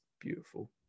beautiful